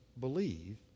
Believe